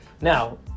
Now